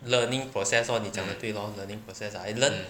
learning process lor 你讲得对 lor learning process I learn